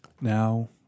Now